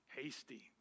hasty